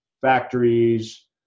factories